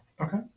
Okay